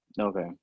okay